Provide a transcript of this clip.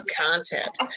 content